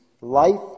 life